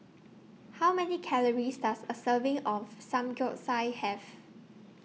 How Many Calories Does A Serving of Samgyeopsal Have